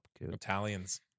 Italians